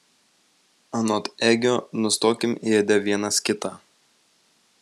anot egio nustokim ėdę vienas kitą